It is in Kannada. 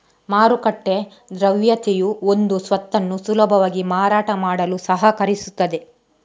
ಮಾರುಕಟ್ಟೆ ದ್ರವ್ಯತೆಯು ಒಂದು ಸ್ವತ್ತನ್ನು ಸುಲಭವಾಗಿ ಮಾರಾಟ ಮಾಡಲು ಸಹಕರಿಸುತ್ತದೆ